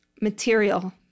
material